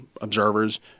observers